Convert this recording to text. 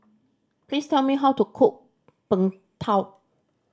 please tell me how to cook Png Tao